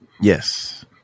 yes